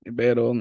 pero